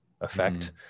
effect